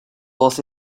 was